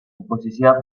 oposizioa